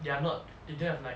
they are not they don't have like